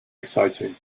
exciting